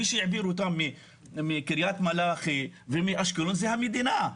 מי שהעביר אותם מקריית מלאכי ומאשקלון זו המדינה,